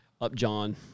Upjohn